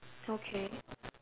okay